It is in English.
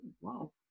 wow